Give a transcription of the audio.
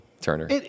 turner